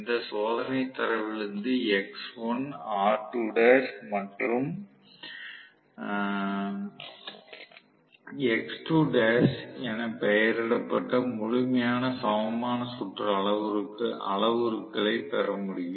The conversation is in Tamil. இந்த சோதனைத் தரவிலிருந்து X1 மற்றும் என பெயரிடப்பட்ட முழுமையான சமமான சுற்று அளவுருக்களைப் பெற முடியும்